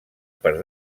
per